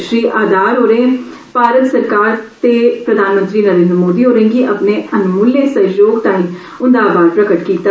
श्री आधार होरे भारत सरकार ते प्रधानमंत्री नरेन्द्र मोदी होरें गी अपने अनमूले सहयोग तांई उन्दा आधार प्रगट कीता